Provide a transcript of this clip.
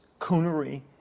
coonery